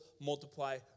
multiply